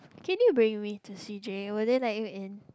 can you bring me to C_J will they let you in